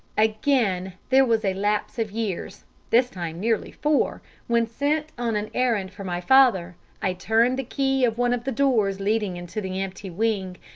again there was a lapse of years this time nearly four when, sent on an errand for my father, i turned the key of one of the doors leading into the empty wing,